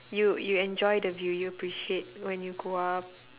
you you enjoy the view you appreciate when you go up